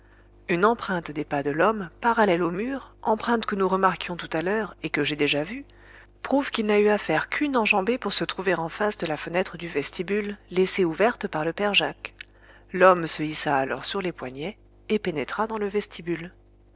une empreinte des pas de l'homme parallèle au mur empreinte que nous remarquions tout à l'heure et que j'ai déjà vue prouve qu il n'a eu à faire qu'une enjambée pour se trouver en face de la fenêtre du vestibule laissée ouverte par le père jacques l'homme se hissa alors sur les poignets et pénétra dans le vestibule